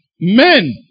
men